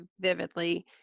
vividly